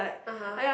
(uh huh)